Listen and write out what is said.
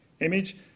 image